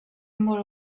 more